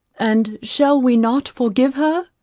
and shall we not forgive her?